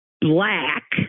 black